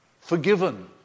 forgiven